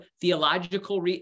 theological